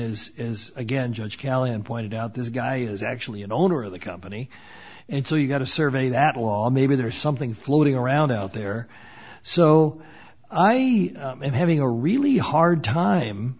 is as again judge callahan pointed out this guy is actually an owner of the company and so you got to survey that law maybe there's something floating around out there so i am having a really hard time